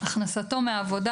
הכנסתו מעבודה,